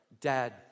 dead